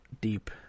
Deep